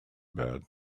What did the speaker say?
bed